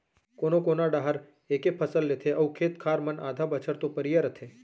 कोनो कोना डाहर एके फसल लेथे अउ खेत खार मन आधा बछर तो परिया रथें